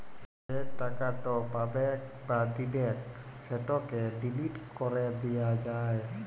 যে টাকাট পাবেক বা দিবেক সেটকে ডিলিট ক্যরে দিয়া যায়